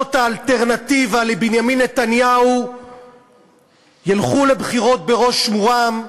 מפלגות האלטרנטיבה לבנימין נתניהו ילכו לבחירות בראש מורם,